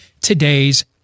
today's